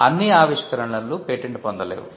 అన్ని ఆవిష్కరణలు పేటెంట్ పొందలేవు